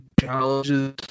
challenges